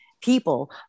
people